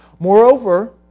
Moreover